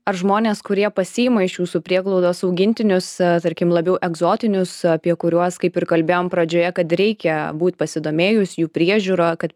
ar žmonės kurie pasiima iš jūsų prieglaudos augintinius tarkim labiau egzotinius apie kuriuos kaip ir kalbėjom pradžioje kad reikia būt pasidomėjus jų priežiūra kad